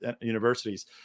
universities